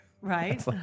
Right